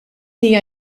hija